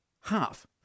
Half